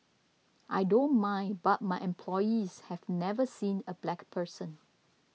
I don't mind but my employees have never seen a black person